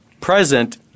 Present